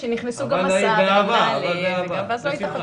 אבל ברגע שאנחנו מצליחים אנחנו גורמים לאיזה שבר